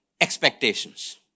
expectations